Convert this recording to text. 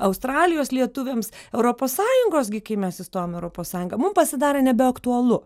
australijos lietuviams europos sąjungos gi kai mes įstojom į europos sąjungą mum pasidarė nebeaktualu